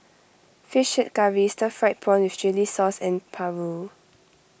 Fish Head Curry Stir Fried Prawn with Chili Sauce and Paru